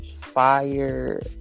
Fire